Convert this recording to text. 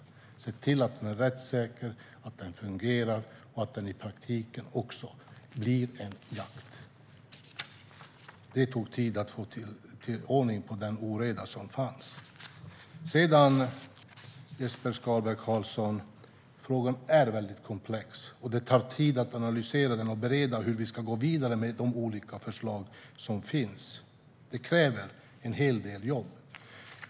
Vi har sett till att jakten är rättssäker, att den fungerar och att den i praktiken också blir en jakt. Det tog tid att få ordning på den oreda som fanns. Frågan är mycket komplex, Jesper Skalberg Karlsson, och det tar tid att analysera den och bereda hur vi ska gå vidare med de olika förslag som finns. Det kräver en hel del jobb.